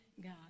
God